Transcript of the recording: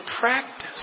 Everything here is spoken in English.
practice